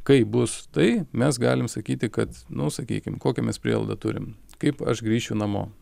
kai bus tai mes galim sakyti kad nu sakykim kokią mes prielaidą turim kaip aš grįšiu namo